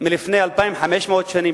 לפני 2,500 שנים,